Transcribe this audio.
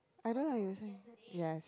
I don't know what you were saying yes